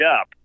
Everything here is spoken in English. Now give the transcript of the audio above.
up